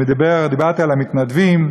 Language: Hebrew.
דיברתי על המתנדבים,